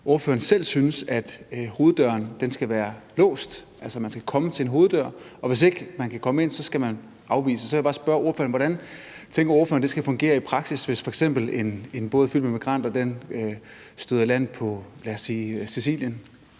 ordføreren selv synes, at hoveddøren skal være låst, altså at hvis man kommer til en hoveddør og man ikke kan komme ind, skal man afvises. Så vil jeg bare spørge ordføreren: Hvordan tænker ordføreren at det skal fungere i praksis, hvis f.eks. en båd fyldt med migranter kommer i land på, lad os sige Sicilien?